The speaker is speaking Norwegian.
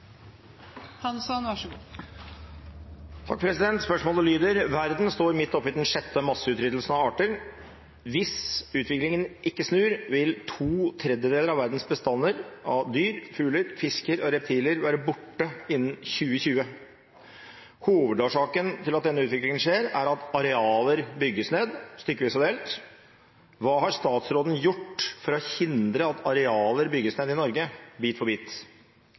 står midt oppe i den sjette masseutryddelsen av arter. Hvis utviklingen ikke snur vil 2/3 av verdens bestander av dyr, fugler, fisker og reptiler være borte innen 2020. Hovedårsaken til at denne utviklingen skjer er at arealer bygges ned stykkevis og delt. Hva har statsråden gjort for å hindre at arealer i Norge bygges ned bit for bit?»